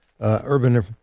urban